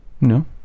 No